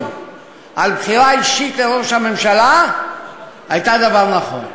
על בחירה אישית לראש הממשלה הייתה דבר נכון.